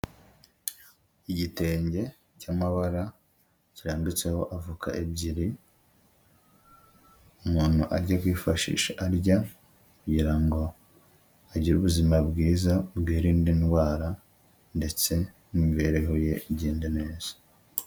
Igitenge cy'amabara kirambitseho avoka ebyiri, umuntu agiye kwifashisha arya kugira ngo agire ubuzima bwiza bwirinde indwara ndetse n'imibereho ye igende neza.